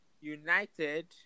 United